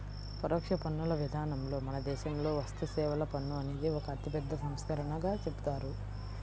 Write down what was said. పరోక్ష పన్నుల విధానంలో మన దేశంలో వస్తుసేవల పన్ను అనేది ఒక అతిపెద్ద సంస్కరణగా చెబుతారు